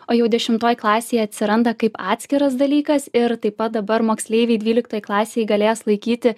o jau dešimtoj klasėj atsiranda kaip atskiras dalykas ir taip pat dabar moksleiviai dvyliktoj klasėj galės laikyti